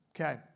Okay